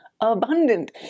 abundant